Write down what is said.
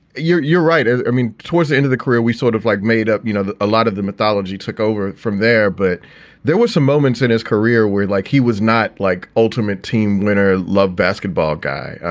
you're you're right. ah i mean, towards the end of the career, we sort of like made up. you know, a ah lot of the mythology took over from there but there were some moments in his career where, like, he was not like ultimate team winner. love basketball guy.